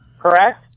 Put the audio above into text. Correct